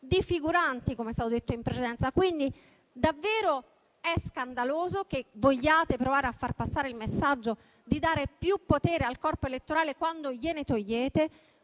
come è stato detto in precedenza. È davvero scandaloso, quindi, che vogliate provare a far passare il messaggio di dare più potere al corpo elettorale quando gliene togliete;